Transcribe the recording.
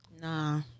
Nah